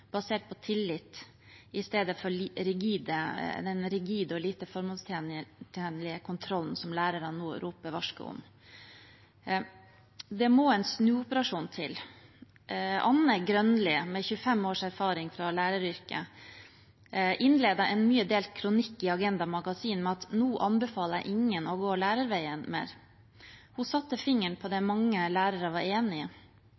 basert på tillit i stedet for den rigide og lite formålstjenlige kontrollen som lærerne nå roper varsku om. Det må en snuoperasjon til. Anne Grønlie, med 25 års erfaring fra læreryrket, innledet en mye delt kronikk i Agenda Magasin med: «Nå anbefaler jeg ingen å gå lærerveien mer.» Hun satte fingeren på det mange lærere var enig i.